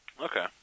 Okay